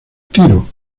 tiro